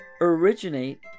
originate